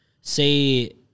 say